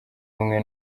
bumwe